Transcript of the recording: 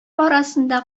арасында